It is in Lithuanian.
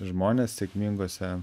žmonės sėkmingose